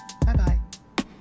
bye-bye